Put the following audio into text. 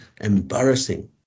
embarrassing